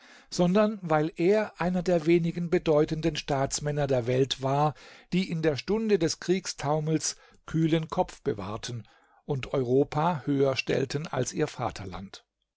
sondern weil er einer der wenigen bedeutenden staatsmänner der welt war die in der stunde des kriegstaumels kühlen kopf bewahrten und europa höher stellten als ihr vaterland